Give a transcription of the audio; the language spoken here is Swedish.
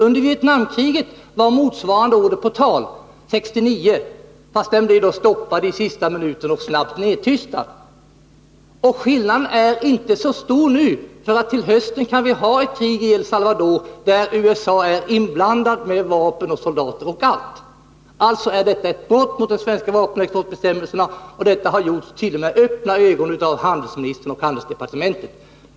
Under Vietnamkriget var en motsvarande order på tal 1969, men den blev stoppad i sista minuten och affären blev snabbt nedtystad. Skillnaden är inte så stor. Till hösten kan vi ha ett krig i El Salvador, där USA är inblandat med vapen, soldater och allt. Alltså är det fråga om ett brott mot vapenexportbestämmelserna, och det har t.o.m. skett medan handelsministern och handelsdepartementet haft ögonen öppna.